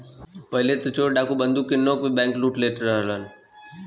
पहिले त चोर डाकू बंदूक के नोक पे बैंकलूट लेत रहलन